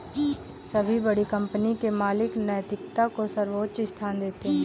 सभी बड़ी कंपनी के मालिक नैतिकता को सर्वोच्च स्थान देते हैं